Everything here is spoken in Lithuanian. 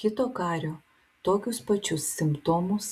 kito kario tokius pačius simptomus